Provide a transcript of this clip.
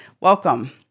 welcome